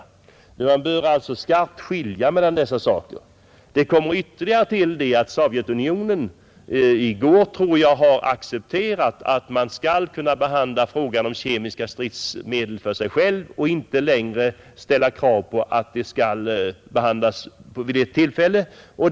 Vidare har Sovjetunionen — i går tror jag att det var — accepterat att man skall kunna behandla frågan om kemiska stridsmedel för sig och ställer inte längre krav på att den skall tas upp samtidigt med frågan om bakteriologiska stridsmedel.